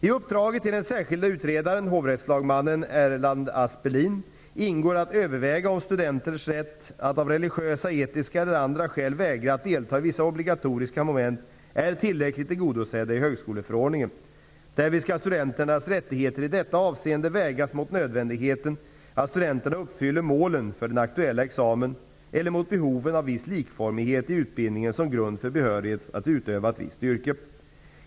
I uppdraget till den särskilda utredaren, hovrättslagmannen Erland Aspelin, ingår att överväga om studenternas rätt att av religiösa, etiska eller andra skäl vägra att delta i vissa obligatoriska moment är tillräckligt tillgodosedd i högskoleförordningen. Därvid skall studenternas rättigheter i detta avseende vägas mot nödvändigheten att studenterna uppfyller målen för den aktuella examen eller mot behoven av viss likformighet i utbildningen som grund för behörighet att utöva ett visst yrke.